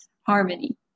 harmony